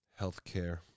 healthcare